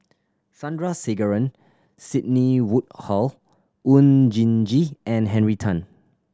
Sandrasegaran Sidney Woodhull Oon Jin Gee and Henry Tan